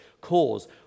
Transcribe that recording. cause